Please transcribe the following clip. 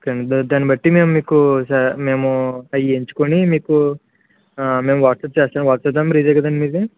కింద దాన్నిబట్టి మేము మీకు మేము అవి ఎంచుకొని మీకు మేము వాట్సప్ చేస్తాం వాట్సప్ నెంబర్ ఇదే కదండి మీది